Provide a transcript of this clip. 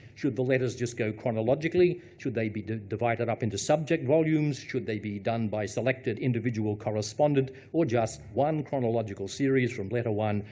should the letters just go chronologically? should they be divided up into subject volumes? should they be done by selected individual correspondent? or just one chronological series from letter one,